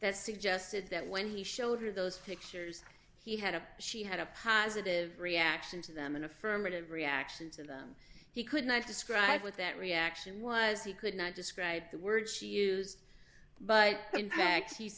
that suggested that when he showed her those pictures he had a she had a positive reaction to them an affirmative reaction to them he could not describe what that reaction was he could not describe the words she used but